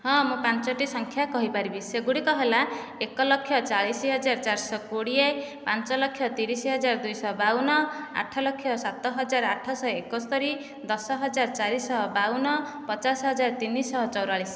ହଁ ମୁଁ ପାଞ୍ଚୋଟି ସଂଖ୍ୟା କହିପାରିବି ସେଗୁଡ଼ିକ ହେଲା ଏକଲକ୍ଷ ଚାଳିଶହଜାର ଚାରିଶହ କୋଡ଼ିଏ ପାଞ୍ଚଲକ୍ଷ ତିରିଶହଜାର ଦୁଇଶହ ବାଉନ ଆଠଲକ୍ଷ ସାତହଜାର ଆଠଶହ ଏକସ୍ତରୀ ଦଶହଜାର ଚାରିଶହ ବାଉନ ପଚାଶହଜାର ତିନିଶହ ଚଉରାଳିଶ